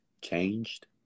Changed